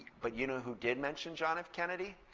but you know who did mention john f kennedy?